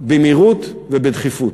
במהירות ובדחיפות.